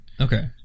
Okay